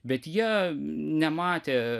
bet jie nematė